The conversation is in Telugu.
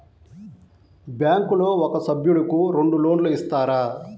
బ్యాంకులో ఒక సభ్యుడకు రెండు లోన్లు ఇస్తారా?